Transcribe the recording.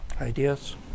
Ideas